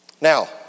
Now